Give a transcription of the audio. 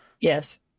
Yes